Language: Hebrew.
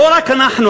לא רק אנחנו,